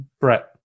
Brett